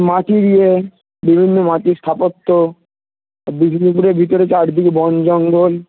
মাটির ইয়ে বিভিন্ন মাটির স্থাপত্য বিজলিপুরের ভিতরে চারদিকে বন জঙ্গল